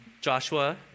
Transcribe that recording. Joshua